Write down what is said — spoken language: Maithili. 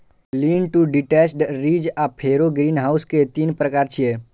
लीन टू डिटैच्ड, रिज आ फरो ग्रीनहाउस के तीन प्रकार छियै